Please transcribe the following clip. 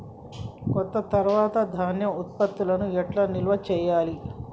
కోత తర్వాత ధాన్యం ఉత్పత్తులను ఎట్లా నిల్వ చేయాలి?